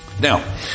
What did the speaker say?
Now